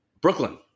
Brooklyn